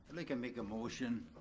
like i make a motion